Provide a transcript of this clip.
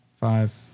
Five